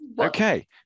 Okay